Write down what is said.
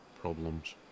problems